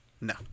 No